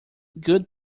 good